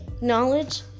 knowledge